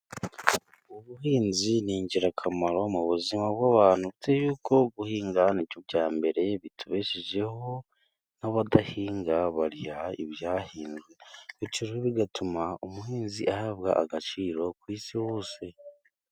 Ubuhinzi n'ingirakamaro mu buzima bw'abantu, kuko guhinga bya mbere bitubeshejeho, n'abadahinga barya ibyahinzwe, bityo rero bigatuma umuhinzi ahabwa agaciro ku isi hose.